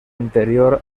anterior